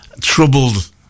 troubled